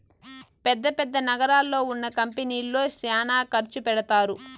పెద్ద పెద్ద నగరాల్లో ఉన్న కంపెనీల్లో శ్యానా ఖర్చు పెడతారు